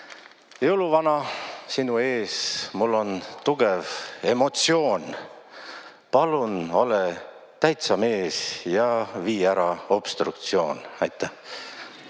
Jõuluvana, sinu ees mul on tugev emotsioon. Palun ole täitsamees ja vii ära obstruktsioon. Aitäh!